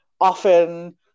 often